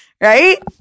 Right